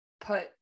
put